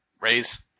raise